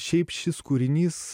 šiaip šis kūrinys